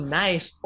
nice